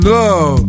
love